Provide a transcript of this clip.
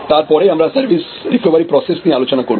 তারপরে আমরা service recovery process নিয়ে আলোচনা করব